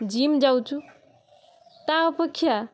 gym ଯାଉଛୁ ତା ଅପେକ୍ଷା